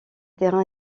terrain